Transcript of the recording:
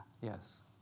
Yes